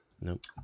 Nope